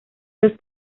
los